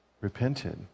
Repented